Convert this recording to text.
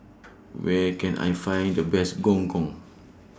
Where Can I Find The Best Gong Gong